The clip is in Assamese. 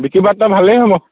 বিকি বাৰ্তা ভালেই হ'ব